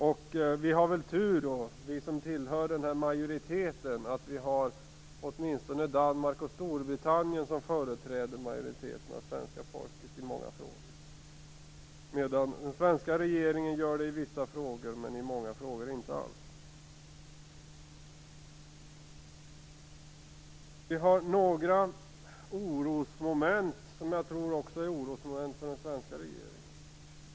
Vi som tillhör majoriteten av svenska folket har ju tur att åtminstone Danmark och Storbritannien företräder oss i många frågor. Den svenska regeringen gör det i vissa frågor, men i många frågor inte alls. Det finns några orosmoment som jag tror är orosmoment också för den svenska regeringen.